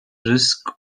risk